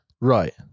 Right